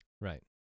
Right